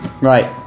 Right